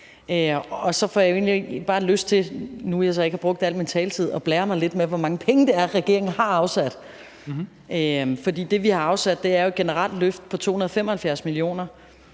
Så får jeg jo egentlig bare lyst til nu, hvor jeg så ikke har brugt al min taletid, at blære mig lidt med, hvor mange penge det er, regeringen har afsat. For det, vi har afsat, er jo et generelt løft på 275 mio.